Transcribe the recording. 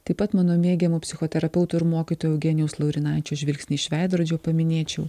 taip pat mano mėgiamo psichoterapeuto ir mokytojo eugenijaus laurinaičio žvilgsnį iš veidrodžio paminėčiau